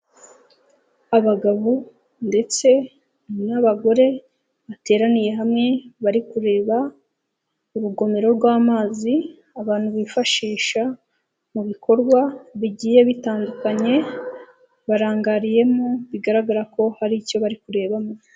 Abagabo, ndetse n'abagore bateraniye hamwe bari kureba, urugomero rw'amazi, abantu bifashisha, mu bikorwa bigiye bitandukanye, barangariyemo, bigaragara ko hari icyo bari kurebamo.